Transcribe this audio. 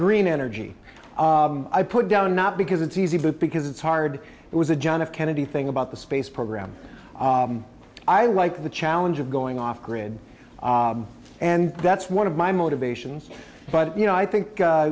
green energy i put down not because it's easy but because it's hard it was a john f kennedy thing about the space program i like the challenge of going off grid and that's one of my motivations but you know i think